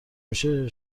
میشه